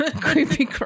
creepy